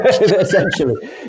Essentially